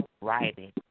Writing